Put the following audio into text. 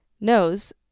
knows